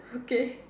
okay